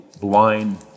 blind